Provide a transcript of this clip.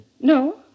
No